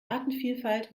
artenvielfalt